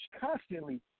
constantly